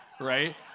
right